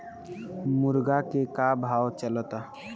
मुर्गा के का भाव चलता?